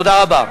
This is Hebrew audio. תודה רבה.